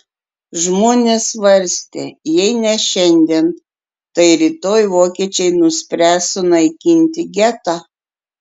žmonės svarstė jei ne šiandien tai rytoj vokiečiai nuspręs sunaikinti getą